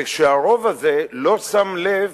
והרוב הזה לא שם לב